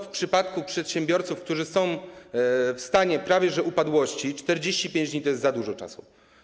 W przypadku przedsiębiorców, którzy są w stanie prawie że upadłości, 45 dni to jest za dużo czasu.